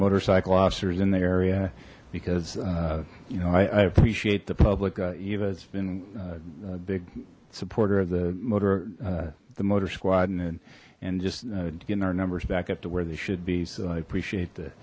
motorcycle officers in the area because you know i appreciate the public eva it's been a big supporter of the motor the motor squad and and just getting our numbers back up to where they should be so i appreciate th